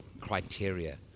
criteria